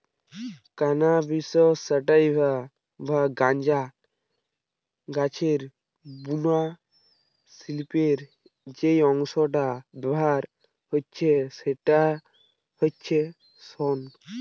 cannabis sativa বা গাঁজা গাছের বুনা শিল্পে যেই অংশটা ব্যাভার হচ্ছে সেইটা হচ্ছে শন